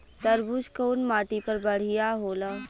तरबूज कउन माटी पर बढ़ीया होला?